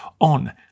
on